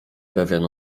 pewien